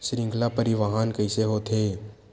श्रृंखला परिवाहन कइसे होथे?